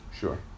Sure